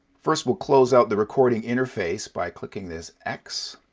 first, we'll close out the recording interface by clicking this x.